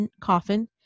coffin